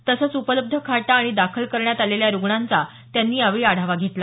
तसंच उपलब्ध खाटा आणि दाखल करण्यात आलेल्या रूग्णांचा त्यांनी यावेळी आढावा घेतला